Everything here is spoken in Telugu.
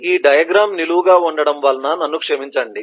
ఈ డయాగ్రమ్ నిలువుగా ఉంచడం వలన నన్ను క్షమించండి